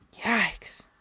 Yikes